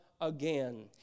again